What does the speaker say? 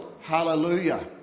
Hallelujah